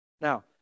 Now